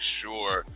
sure